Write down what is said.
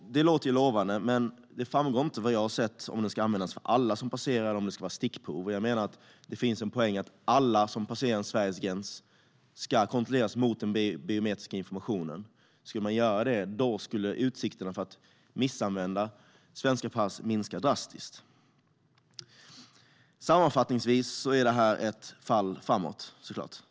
Det låter ju lovande, men det framgår inte om det ska omfatta alla som passerar eller om det ska vara stickprov. Jag menar att det finns en poäng att alla som passerar Sveriges gränser ska kontrolleras mot den biometriska informationen. Om man skulle göra det skulle utsikterna för att svenska pass missbrukas minska drastiskt. Sammanfattningsvis är detta ett fall framåt.